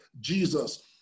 Jesus